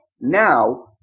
now